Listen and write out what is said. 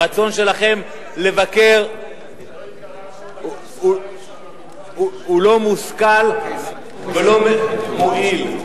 הרצון שלכם לבקר הוא לא מושכל ולא מועיל.